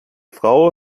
frau